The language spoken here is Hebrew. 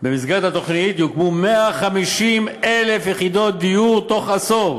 במסגרת התוכנית יוקמו 150,000 יחידות דיור בתוך עשור